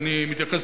ואני מתייחס,